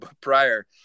prior